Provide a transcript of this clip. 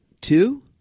two